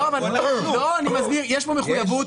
לא, אני מזכיר, יש פה מחויבות.